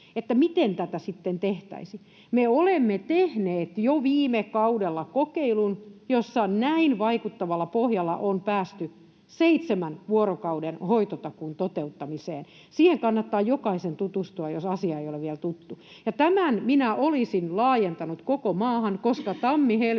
että miten tätä sitten tehtäisiin, niin me olemme tehneet jo viime kaudella kokeilun, jossa näin vaikuttavalla pohjalla on päästy seitsemän vuorokauden hoitotakuun toteuttamiseen. Siihen kannattaa jokaisen tutustua, jos asia ei ole vielä tuttu. Tämän minä olisin laajentanut koko maahan, koska tammi—helmikuussa